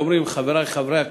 ואומרים: חברי חברי הכנסת,